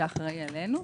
לא יודעת.